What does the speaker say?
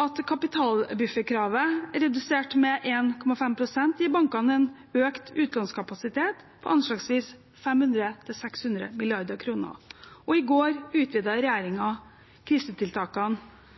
At kapitalbufferkravet er redusert med 1,5 pst., gir bankene en økt utlånskapasitet på anslagsvis 500–600 mrd. kr. Og i går